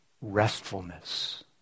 restfulness